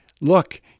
look